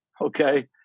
okay